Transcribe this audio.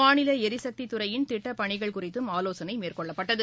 மாநில எரிசக்தித் துறையின் திட்டப்பணிகள் குறித்தும் ஆலோசனை மேற்கொள்ளப்பட்டது